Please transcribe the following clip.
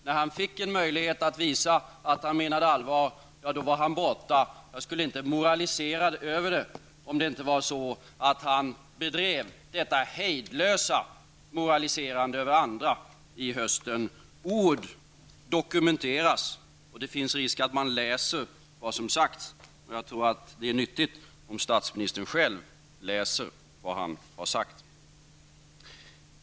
När han får möjlighet att visa att han menar allvar är han borta. Jag skulle inte moralisera över detta om det inte var så att han bedrev detta hejdlösa moraliserande över andra i höstas. Ord dokumenteras, och det finns risk att man läser vad som har sagts. Jag tror att det är nyttigt om statsministern själv läser vad han har sagt.